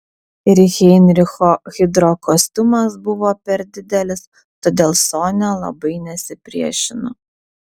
ir heinricho hidrokostiumas buvo per didelis todėl sonia labai nesipriešino